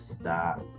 stop